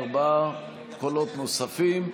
ארבעה קולות נוספים.